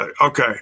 Okay